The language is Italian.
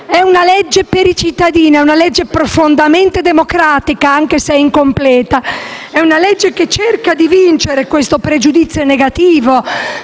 È una legge per i cittadini, è una legge profondamente democratica, anche se incompleta. È una legge che cerca di vincere il pregiudizio negativo